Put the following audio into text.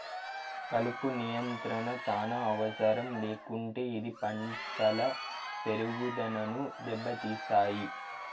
కలుపు నియంత్రణ చానా అవసరం లేకుంటే ఇది పంటల పెరుగుదనను దెబ్బతీస్తాయి